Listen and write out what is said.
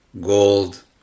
gold